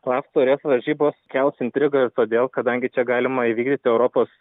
laf taurės varžybos kels intrigą ir todėl kadangi čia galima įvykdyti europos